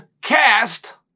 cast